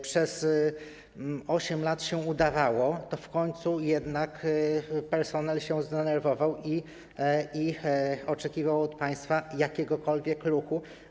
Przez 8 lat się udawało, w końcu jednak personel się zdenerwował i oczekiwał od państwa jakiegokolwiek ruchu.